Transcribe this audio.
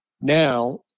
Now